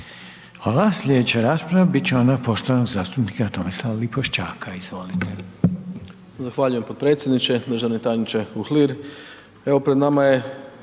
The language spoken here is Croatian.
Hvala. Slijedeća rasprava bit će ona poštovanog zastupnika Tomislava Lipošćaka, izvolite.